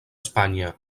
espanya